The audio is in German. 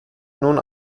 nun